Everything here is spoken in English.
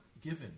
given